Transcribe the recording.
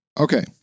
Okay